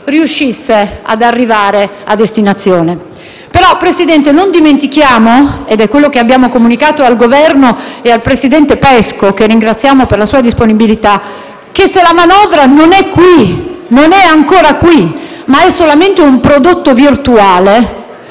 riuscisse ad arrivare a destinazione. Tuttavia, signor Presidente, non dimentichiamo - ed è quello che abbiamo comunicato al Governo e al presidente Pesco, che ringraziamo per la sua disponibilità - che se la manovra non è qui, non è ancora qui, ma è solamente un prodotto virtuale,